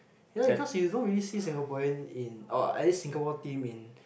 you know because we don't really see Singaporean in or at least Singapore team in